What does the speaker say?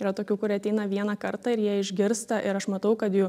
yra tokių kurie ateina vieną kartą ir jie išgirsta ir aš matau kad jų